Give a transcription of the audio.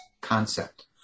concept